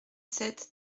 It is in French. sept